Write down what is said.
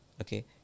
Okay